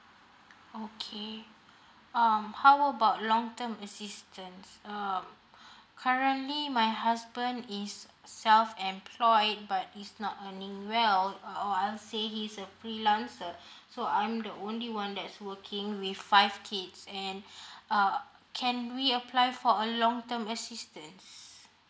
okay um how about long term assistance um currently my husband is self employed but he's not earning well or I would say he's a freelancer so I'm the only one that is working with five kids and uh can we apply for a long term assistance